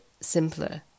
simpler